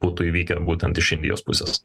būtų įvykę ir būtent iš indijos pusės